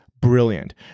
brilliant